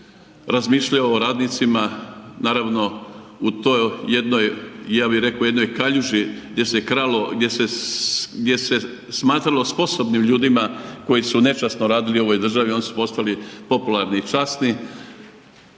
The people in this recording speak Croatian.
razmišljao o radnicima, naravno u toj jednoj kaljuži gdje se kralo, gdje se smatralo sposobnim ljudima koji su nečasno radili u ovoj državi oni su postali popularni i časni.